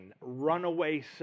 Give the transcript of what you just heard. runaway